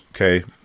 okay